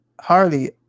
Harley